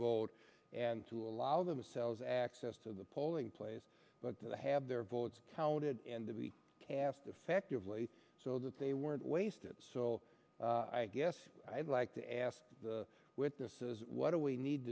vote and to allow themselves access to the polling place to have their counted and to be cast effectively so that they weren't wasted so i guess i'd like to ask the witnesses what do we need